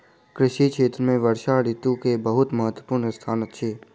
कृषि क्षेत्र में वर्षा ऋतू के बहुत महत्वपूर्ण स्थान अछि